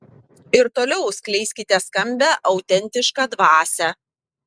ir toliau skleiskite skambią autentišką dvasią